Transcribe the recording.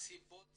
הסיבות